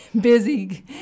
busy